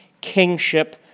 kingship